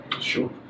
Sure